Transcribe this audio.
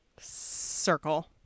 circle